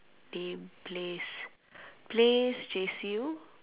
name place place chase you